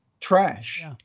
trash